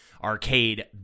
Arcade